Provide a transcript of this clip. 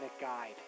guide